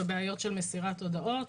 בבעיות של מסירת הודעות,